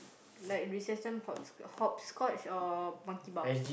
like recess time hop hopscotch or Monkey Bar